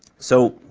so,